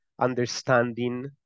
understanding